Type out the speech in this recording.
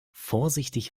vorsichtig